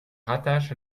rattache